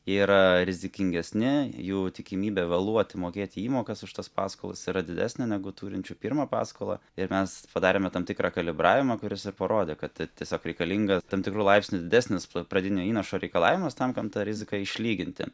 yra rizikingesni jų tikimybė vėluoti mokėti įmokas už tas paskolas yra didesnė negu turinčių pirmą paskolą ir mes padarėme tam tikrą kalibravimą kuris ir parodė kad ti tiesiog reikalinga tam tikru laipsniu didesnis pradinio įnašo reikalavimas tam kad tą riziką išlyginti